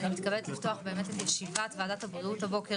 אני מתכבדת לפתוח את ישיבת ועדת הבריאות הבוקר